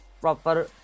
proper